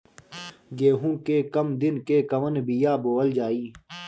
गेहूं के कम दिन के कवन बीआ बोअल जाई?